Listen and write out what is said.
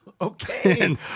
Okay